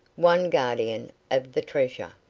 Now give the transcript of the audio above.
one guardian of the treasure.